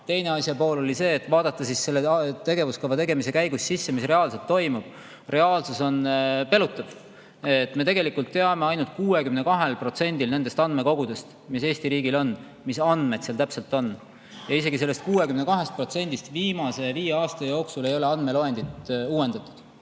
teha. Teine asja pool oli vaadata selle tegevuskava tegemise käigus sisse, mis reaalselt toimub. Reaalsus on pelutav. Me tegelikult teame ainult 62%-l nendest andmekogudest, mis Eesti riigil on, mis andmed seal täpselt on. Ja isegi selles 62%-s ei ole viimase viie aasta jooksul andmeloendeid uuendatud. Miks